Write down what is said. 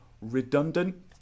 redundant